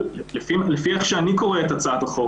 אבל לפי איך שאני קורא את הצעת החוק,